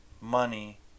money